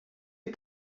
est